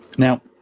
now